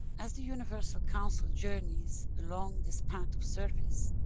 as the universal council journeys along this path of service,